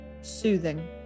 soothing